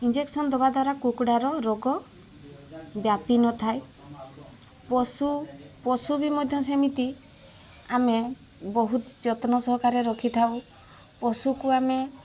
injection ଦବା ଦ୍ୱାରା କୁକୁଡ଼ାର ରୋଗ ବ୍ୟାପି ନଥାଏ ପଶୁ ପଶୁ ବି ମଧ୍ୟ ସେମିତି ଆମେ ବହୁତ ଯତ୍ନ ସହକାରେ ରଖିଥାଉ ପଶୁକୁ ଆମେ